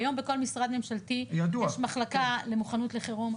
היום בכל משרד ממשלתי יש מחלקה למוכנות לחירום,